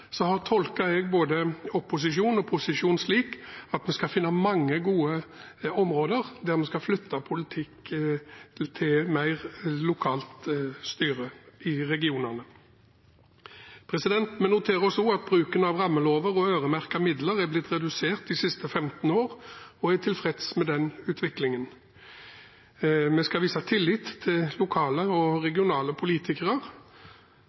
vi finne mange gode områder der vi skal flytte politikk til mer lokalt styre i regionene. Vi noterer oss også at bruken av rammelover og øremerkete midler er blitt redusert de siste 15 år, og er tilfreds med den utviklingen. Vi skal vise tillit til lokale og